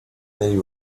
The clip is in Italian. negli